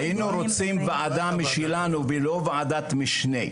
לא, היינו רוצים ועדה משלנו ולא ועדת משנה.